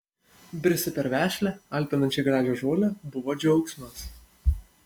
bristi per vešlią alpinančiai gražią žolę buvo džiaugsmas